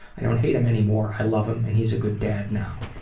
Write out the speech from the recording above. i don't hate him any more, i love him and he's a good dad now.